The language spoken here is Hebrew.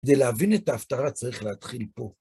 כדי להבין את ההפטרה צריך להתחיל פה.